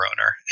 owner